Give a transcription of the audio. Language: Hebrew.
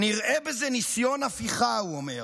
"נראה בזה ניסיון הפיכה", הוא אומר.